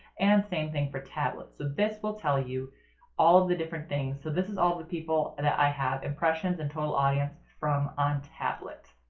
and same thing for tablet. so this will tell you all the different things, so this is all the people that and i have, impressions and total audience from on tablet.